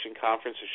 Conference